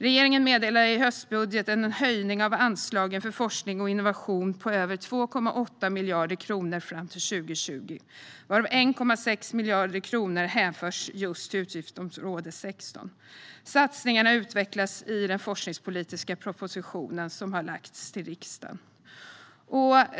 Regeringen meddelar i höstbudgeten en höjning av anslagen för forskning och innovation med över 2,8 miljarder kronor fram till 2020, varav 1,6 miljarder kronor hänförs till just utgiftsområde 16. Satsningarna utvecklas i den forskningspolitiska propositionen, som har lämnats till riksdagen.